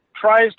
tries